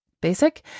basic